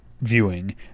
viewing